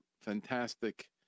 fantastic